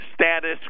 status